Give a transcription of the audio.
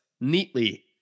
neatly